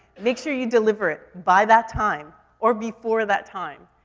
make sure you deliver it by that time or before that time.